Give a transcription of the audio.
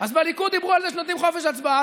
אז בליכוד דיברו על זה שנותנים חופש הצבעה,